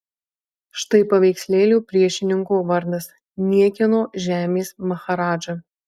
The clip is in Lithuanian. štai paveikslėlio priešininko vardas niekieno žemės maharadža